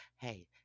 Hey